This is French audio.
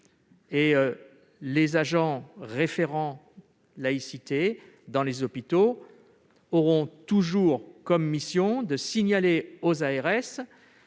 les agents référents laïcité dans les hôpitaux auront toujours comme mission de signaler aux ARS